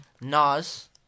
Nas